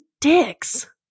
dicks